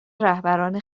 رهبران